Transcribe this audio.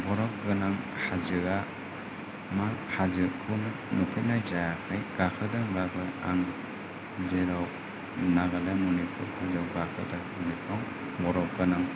बरफ गोनां हाजोआ मा हाजोखौनो नुफेरनाय जायाखै गाखोदोंब्लाबो आं जेराव नागालेन्द मनिपुराव बरफ गोनां